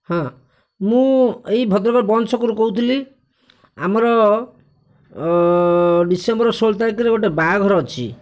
ହଁ ମୁଁ ଏହି ଭଦ୍ରକର ବନ୍ତ ଛକରୁ କହୁଥିଲି ଆମର ଡିସେମ୍ବର ଷୋହଳ ତାରିଖରେ ଗୋଟିଏ ବାହାଘର ଅଛି